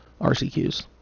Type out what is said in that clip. RCQs